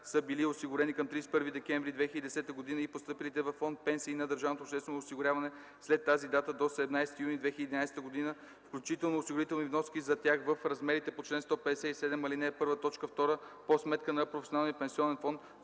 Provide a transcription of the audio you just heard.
са били осигурени към 31 декември 2010 г., и постъпилите във фонд „Пенсии” на държавното обществено осигуряване след тази дата до 17 юни 2011 г. включително, осигурителни вноски за тях, в размерите по чл. 157, ал, 1, т. 2 по сметка на професионалния пенсионен фонд,